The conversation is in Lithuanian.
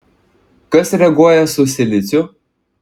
kas reaguoja su siliciu